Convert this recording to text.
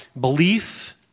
belief